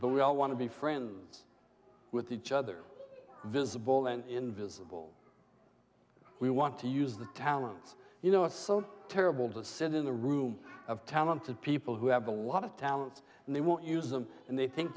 but we all want to be friends with each other visible and invisible we want to use the talents you know it's so terrible to sit in the room of talented people who have a lot of talents and they won't use them and they think